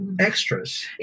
Extras